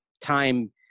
time